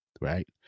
right